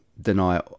deny